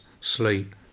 sleep